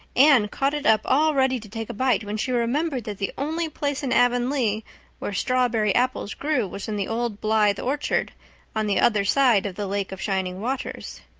anne caught it up all ready to take a bite when she remembered that the only place in avonlea where strawberry apples grew was in the old blythe orchard on the other side of the lake of shining waters.